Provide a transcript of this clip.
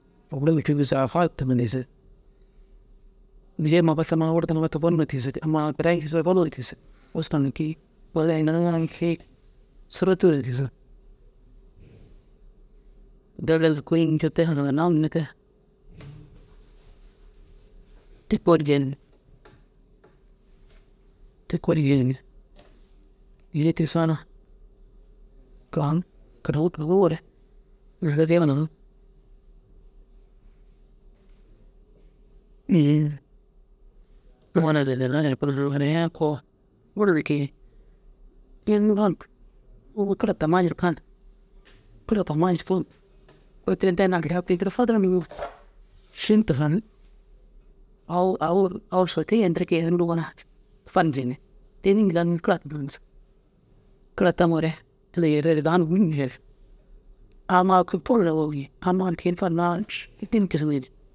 Kôi guru na kîbir saafal tame ntiisig. ammaa direg ncusoo gonuŋire tiisig. Usra na kii wôri ini niŋaa na kii sôroptiŋire ntiisig. Deere inta kui ncoo te hanadinna munumee te. Te kôoli geenimmi te kôoli geenimmi. Gînii tiisoo na kiran kiranuŋore neere gêema haŋiŋ. Inii wonaa yee eleena nee kuru inaa koo buru na kiyaayi. Ginuu rantu unnu kira tamma jirkan nu kira tamma jirkan nu kôi tira nteni aljaa kûi ini tira fadirig nuŋoo šin tufanni. Au au ru au sootiye in tira kii yêenirig nuŋoo na fan ncenni. Te înni jillan nu kira tammaa gisig. Kira taŋore inta yereere dau numa ŋûl naare ammaa kûi buru na wôwu ši amma ni kii ini farumaa ai ši hêdin kisime ni.